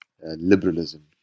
liberalism